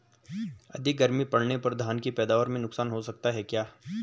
अधिक गर्मी पड़ने पर धान की पैदावार में नुकसान हो सकता है क्या?